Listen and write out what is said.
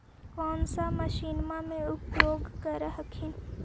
कौन सा मसिन्मा मे उपयोग्बा कर हखिन?